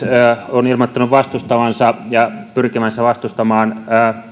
on ilmoittanut vastustavansa ja pyrkivänsä vastustamaan